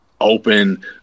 open